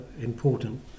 important